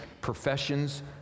professions